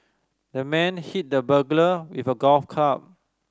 the man hit the burglar with a golf club